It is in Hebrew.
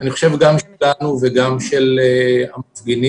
גם שלנו וגם של המפגינים,